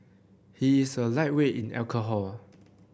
he is a lightweight in alcohol